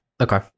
Okay